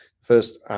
First